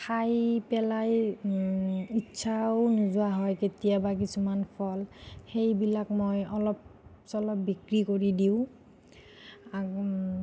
খাই পেলাই ইচ্ছাও নোযোৱা হয় কেতিয়াবা কিছুমান ফল সেইবিলাক মই অলপ চলপ বিক্ৰী কৰি দিওঁ